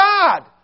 God